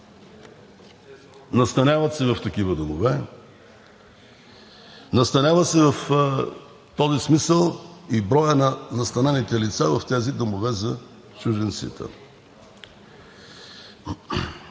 настаняват се в такива домове, настаняват се в този смисъл и броят на настанените лица в тези домове за чужденците.